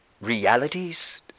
Realities